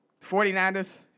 49ers